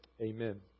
Amen